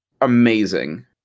amazing